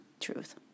truth